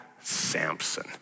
Samson